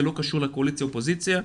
זה לא קשור לקואליציה או אופוזיציה,